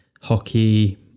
hockey